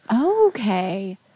Okay